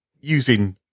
using